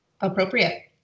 appropriate